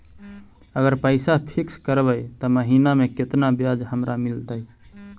अगर पैसा फिक्स करबै त महिना मे केतना ब्याज हमरा मिलतै?